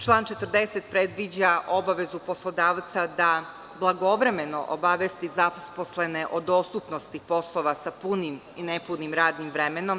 Član 40. predviđa obavezu poslodavca da blagovremeno obavesti zaposlene o dostupnosti poslova sa punim i nepunim radnim vremenom.